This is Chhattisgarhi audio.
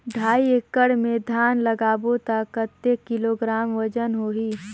ढाई एकड़ मे धान लगाबो त कतेक किलोग्राम वजन होही?